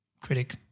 critic